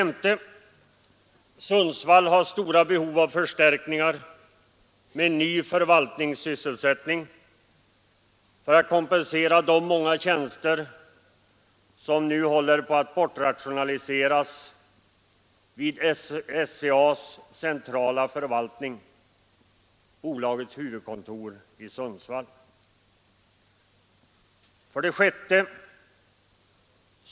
S. Sundsvall har stora behov av förstärkningar med ny förvaltningssysselsättning för att kompensera de många tjänster som nu håller på att bortrationaliseras vid SCA :s centrala förvaltning — bolagets huvudkontor i Sundsvall. 6.